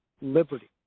liberty